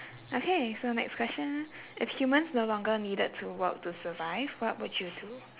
okay so next question if humans no longer needed to work to survive what would you do